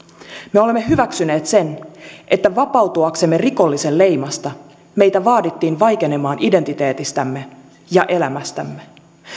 me olemme hyväksyneet sen että vapautuaksemme rikollisen leimasta meitä vaadittiin vaikenemaan identiteetistämme ja elämästämme